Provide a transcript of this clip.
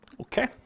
Okay